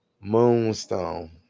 moonstone